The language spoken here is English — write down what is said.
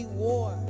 war